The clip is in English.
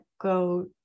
go